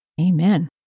Amen